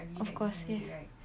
of course yes